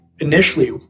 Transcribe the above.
initially